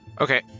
Okay